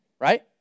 right